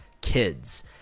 kids